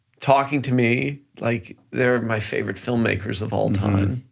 talking to me like, they're my favorite filmmakers of all time,